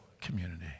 community